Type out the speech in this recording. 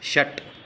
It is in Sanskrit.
षट्